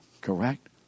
Correct